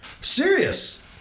Serious